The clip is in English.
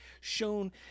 shown